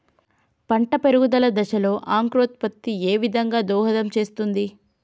పంట పెరుగుదల దశలో అంకురోత్ఫత్తి ఏ విధంగా దోహదం చేస్తుంది?